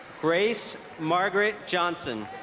grace margaret johnson